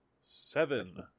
Seven